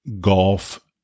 golf